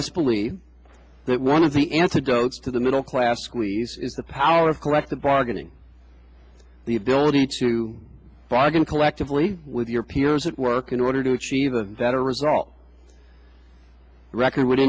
us believe that one of the antidotes to the middle class squeeze is the power of collective bargaining the ability to bargain collectively with your peers at work in order to achieve a better result record would